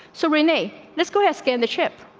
so, renee, let's go ahead. scan the ship.